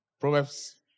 Proverbs